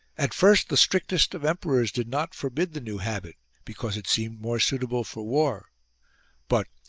at first the strictest of emperors did not forbid the new habit, because it seemed more suitable for war but,